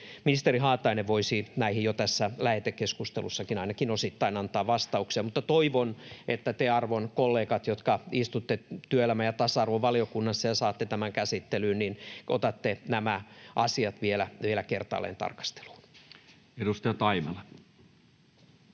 ministeri Haatainen voisi näihin jo tässä lähetekeskustelussakin, ainakin osittain, antaa vastauksia. Mutta toivon, että te, arvon kollegat, jotka istutte työelämä- ja tasa-arvovaliokunnassa ja saatte tämän käsittelyyn, otatte nämä asiat vielä kertaalleen tarkasteluun. Edustaja Taimela.